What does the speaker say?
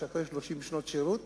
שאחרי 30 שנות שירות